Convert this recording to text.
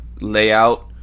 layout